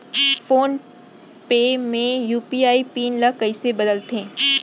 Phone पे म UPI PIN ल कइसे बदलथे?